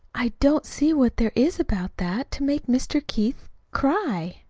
i don't see what there is about that to make mr. keith cry.